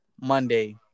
Monday